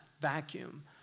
vacuum